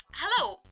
Hello